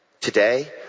Today